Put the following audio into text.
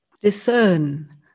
discern